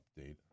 update